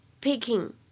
picking